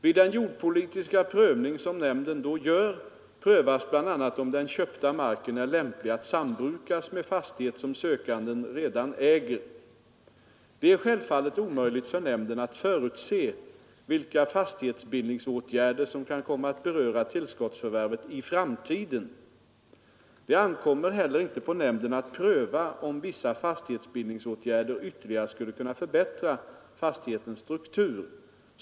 Vid den jordbrukspolitiska prövning som nämnden då gör prövas bl.a. om den köpta marken är lämplig att sambrukas med fastighet som sökanden redan äger. Det är självfallet omöjligt för nämnden att förutse vilka fastighetsbildningsåtgärder som kan komma att beröra tillskottsförvärvet i framtiden. Det ankommer heller inte på nämnden att pröva om vissa fastighetsbildningsåtgärder ytterligare skulle kunna förbättra fastighetens struktur.